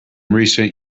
recent